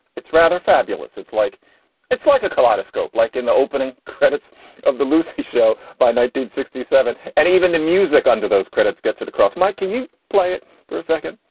it's rather fabulous. it's like it's like a kaleidoscope like in the opening credits of the lucy show by nineteen sixty seven. and even the music under those credits gets it across. mike, can you play it for a second.